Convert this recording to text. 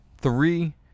Three